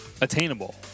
attainable